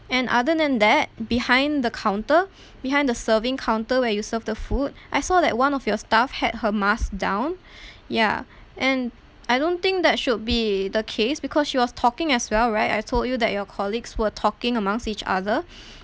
and other than that behind the counter behind the serving counter where you serve the food I saw that one of your staff had her mask down ya and I don't think that should be the case because she was talking as well right I told you that your colleagues were talking amongst each other